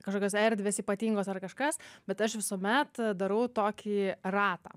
kažkokios erdvės ypatingos ar kažkas bet aš visuomet darau tokį ratą